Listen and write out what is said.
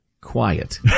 quiet